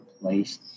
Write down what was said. place